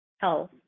health